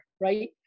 right